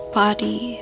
body